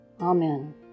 Amen